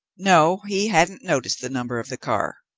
no, he hadn't noticed the number of the car.